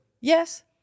Yes